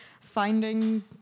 finding